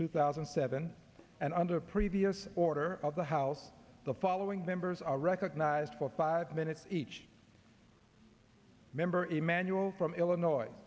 two thousand and seven and under a previous order of the house the following members are recognized for five minutes each member emmanuel from illinois